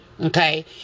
Okay